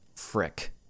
frick